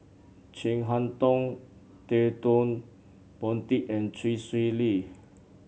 Chin Harn Tong Ted De Ponti and Chee Swee Lee